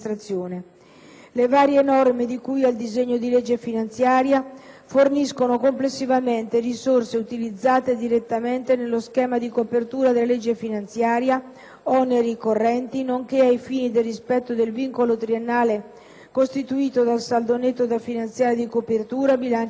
Le varie norme di cui al disegno di legge finanziaria forniscono complessivamente risorse utilizzate direttamente nello schema di copertura della legge finanziaria (oneri correnti) nonché ai fini del rispetto del vincolo triennale costituito dal saldo netto da finanziare di competenza (bilancio statale);